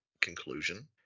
conclusion